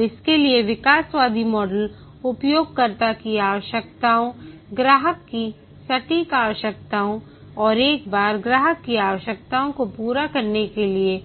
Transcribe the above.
और इस के लिए विकासवादी मॉडल उपयोगकर्ता की आवश्यकताओं ग्राहक की सटीक आवश्यकताओं और एक बार ग्राहक की आवश्यकताओं को पूरा करने के लिए